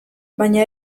baina